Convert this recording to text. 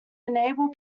enable